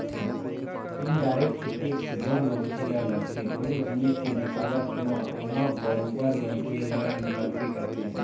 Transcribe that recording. indirect tax जउन मनखे ल लगथे कोनो जिनिस के बिसावत म ओमा बरोबर मनखे ल लगबे करथे